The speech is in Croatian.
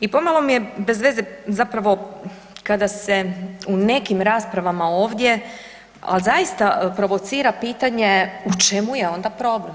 I pomalo mi je bezveze zapravo kada se u nekim raspravama ovdje ali zaista provocira pitanje u čemu je onda problem?